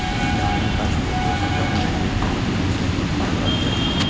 धानक गाछ रोपै सं पहिने खेत कें बढ़िया सं जोति लेबाक चाही